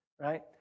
right